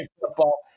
football